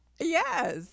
Yes